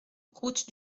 route